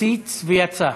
הציץ ויצא.